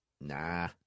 nah